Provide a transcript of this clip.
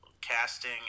casting